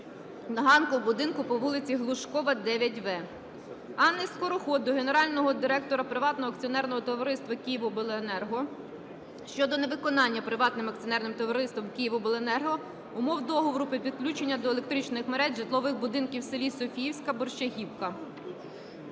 на ганку будинку по вулиці Глушкова, 9-В. Анни Скороход до генерального директора Приватного акціонерного товариства "Київобленерго" щодо невиконання Приватним акціонерним товариством "Київобленерго" умов Договору по підключенню до електричних мереж житлових будинків в селі Софіївська Борщагівка.